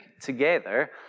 together